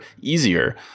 easier